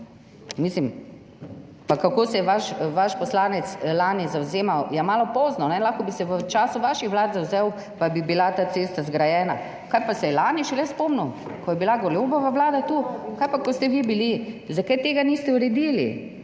kako? In kako se je vaš poslanec lani zavzemal … Malo pozno, lahko bi se v času vaših vlad zavzel in bi bila ta cesta zgrajena. Zakaj pa se je šele lani spomnil, ko je bila tu Golobova vlada? Kaj pa, ko ste vi bili? Zakaj tega niste uredili?